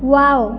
wow